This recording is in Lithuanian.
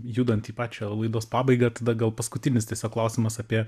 judant į pačią laidos pabaigą tada gal paskutinis tiesiog klausimas apie